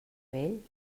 vell